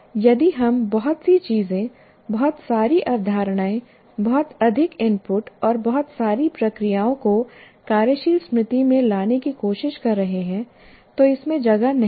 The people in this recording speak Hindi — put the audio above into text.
यदि हम बहुत सी चीजें बहुत सारी अवधारणाएं बहुत अधिक इनपुट और बहुत सारी प्रक्रियाओं को कार्यशील स्मृति में लाने की कोशिश कर रहे हैं तो इसमें जगह नहीं होगी